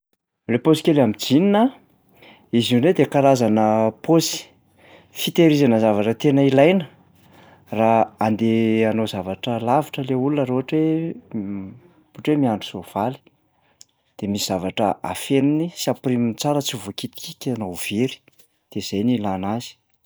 Lay paosy kely am'jeans a, izy io ndray de karazana paosy fitahirizana zavatra tena ilaina raha andeha hanao zavatra lavitra lay olona raha ohatra hoe ohatra hoe miandry soavaly, de misy zavatra afeniny sy ampiriminy tsara tsy ho voakitikitika na ho very, de zay ny ilana azy.